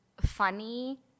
funny